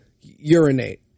urinate